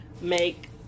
make